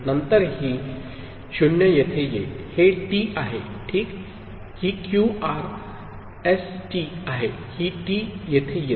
त्यानंतर ही 0 येथे येईल हे टी आहे ठीक ही क्यू आर एस टी आहे ही टी येथे येते